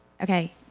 okay